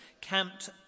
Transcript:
camped